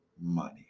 money